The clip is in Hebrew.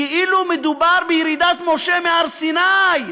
כאילו מדובר בירידת משה מהר סיני.